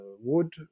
wood